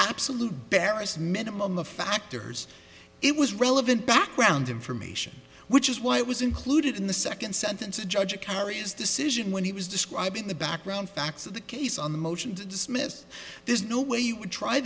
bsolute barest minimum of factors it was relevant background information which is why it was included in the second sentence a judge a carries decision when he was describing the background facts of the case on the motion to dismiss there's no way you would try